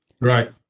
Right